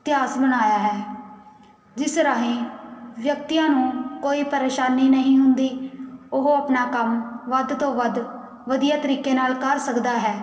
ਇਤਿਹਾਸ ਬਣਾਇਆ ਹੈ ਜਿਸ ਰਾਹੀਂ ਵਿਅਕਤੀਆਂ ਨੂੰ ਕੋਈ ਪਰੇਸ਼ਾਨੀ ਨਹੀਂ ਹੁੰਦੀ ਉਹ ਆਪਣਾ ਕੰਮ ਵੱਧ ਤੋਂ ਵੱਧ ਵਧੀਆ ਤਰੀਕੇ ਨਾਲ ਕਰ ਸਕਦਾ ਹੈ